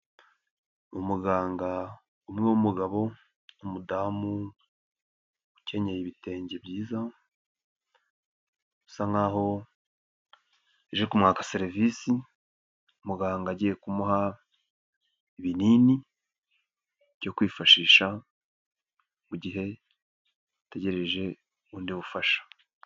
Umuganga umwe w'umugabo n'umudamu ukenyeye ibitenge byiza, usa nkaho aje kumwaka serivisi, muganga agiye kumuha ibinini byo kwifashisha, mu gihe ategereje ubundi bufasha.